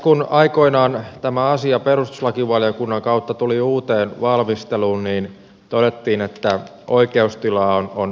kun aikoinaan tämä asia perustuslakivaliokunnan kautta tuli uuteen valmisteluun niin todettiin että oikeustilaa on selvennettävä